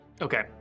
Okay